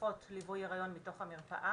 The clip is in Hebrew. אחות ליווי היריון מתוך המרפאה,